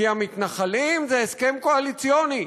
כי המתנחלים זה הסכם קואליציוני,